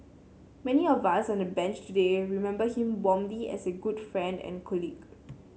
many of us on the Bench today remember him warmly as a good friend and colleague